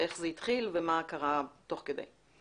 איך זה התחיל ומה קר התוך כדי.